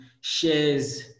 shares